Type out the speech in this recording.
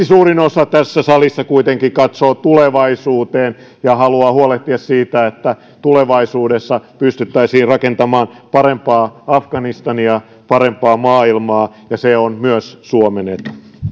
suurin osa tässä salissa kuitenkin katsoo tulevaisuuteen ja haluaa huolehtia siitä että tulevaisuudessa pystyttäisiin rakentamaan parempaa afganistania parempaa maailmaa ja se on myös suomen etu